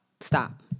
Stop